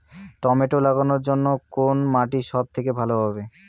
Tomato লাগানোর জন্যে কোন মাটি সব থেকে ভালো হবে?